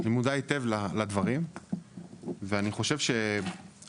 אני מודע היטב לדברים ואני חושב שאנחנו,